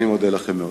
אני מודה לכם מאוד.